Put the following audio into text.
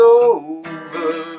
over